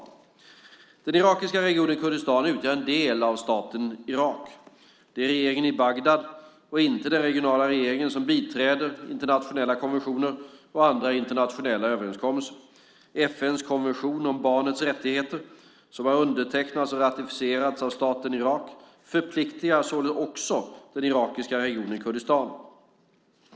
Den irakiska regionen Kurdistan utgör en del av staten Irak. Det är regeringen i Bagdad och inte den regionala regeringen som biträder internationella konventioner och andra internationella överenskommelser. FN:s konvention om barnets rättigheter, som har undertecknats och ratificerats av staten Irak, förpliktar sålunda också den irakiska regionen Kurdistan.